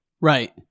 Right